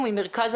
ניר.